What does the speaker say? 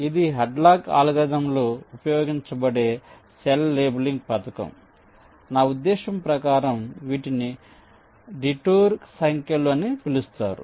ఇది హాడ్లాక్ అల్గోరిథంలో ఉపయోగించబడే సెల్ లేబులింగ్ పథకం నా ఉద్దేశ్యం ప్రకారం వీటిని డిటూర్ సంఖ్యలు అని పిలుస్తారు